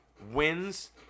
wins